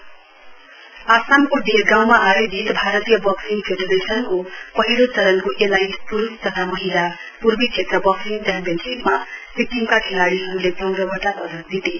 boxing आसामको डेरगाँउमा आयोजित भारतीय बक्सिङ फेडरेशनको पहिलो चरणको ईलाइट पुरूष तथा महिला पूर्वी क्षेत्र बक्सिङ च्याम्पियनशीपमा सिक्किमका खेलाड़ीहरूले चौधवटा पदक जिते